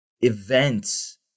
events